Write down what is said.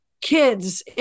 kids